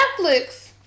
Netflix